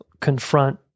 confront